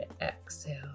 exhale